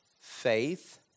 faith